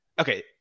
okay